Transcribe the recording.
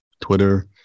Twitter